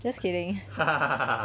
just kidding ha so funny